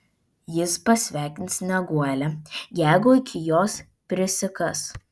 jis pasveikins snieguolę jeigu iki jos prisikas